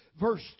verse